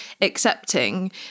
accepting